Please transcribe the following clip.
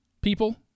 people